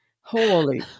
holy